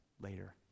later